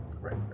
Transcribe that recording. Right